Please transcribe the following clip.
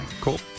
cool